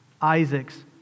Isaac's